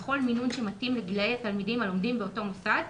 בכל מינון שמתאים לגילאי התלמידים הלומדים באותו מוסד,